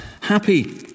happy